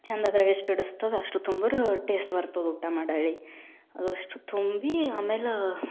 ಚಂದ ಅದರಾಗೆಷ್ಟು ಹಿಡಿಸ್ತದೆ ಅಷ್ಟು ತುಂಬ್ರೆ ಟೇಸ್ಟ್ ಬರ್ತದೆ ಊಟ ಮಾಡಾಳಿ ಅದಷ್ಟು ತುಂಬಿ ಆಮೇಲೆ